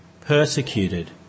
persecuted